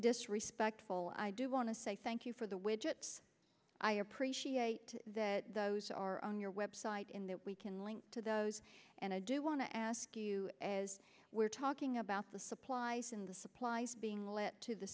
disrespectful i do want to say thank you for the widgets i appreciate that those are on your web site in that we can link to those and i do want to ask you as we're talking about the supplies in the supplies being lent to the